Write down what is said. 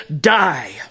die